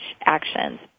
actions